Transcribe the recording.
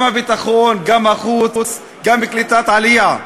גם הביטחון, גם החוץ, גם קליטת העלייה.